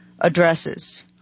addresses